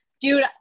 dude